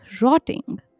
rotting